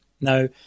Now